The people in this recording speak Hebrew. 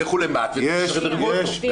לכו למה"ט ותשדרגו אותו.